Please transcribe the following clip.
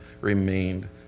remained